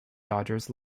dodgers